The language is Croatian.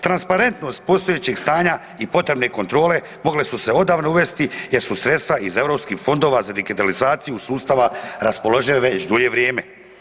Transparentnost postojećeg stanja i potrebne kontrole mogle su se odavno uvesti jer su sredstva iz europskih fondova za digitalizaciju sustava raspoložive već dulje vrijeme.